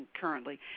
currently